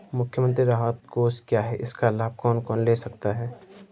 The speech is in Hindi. मुख्यमंत्री राहत कोष क्या है इसका लाभ कौन कौन ले सकता है?